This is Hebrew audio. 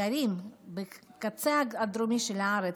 גרים בצד הדרומי של הארץ,